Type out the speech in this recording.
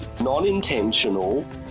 non-intentional